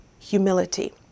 humility